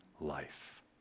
life